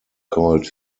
called